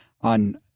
on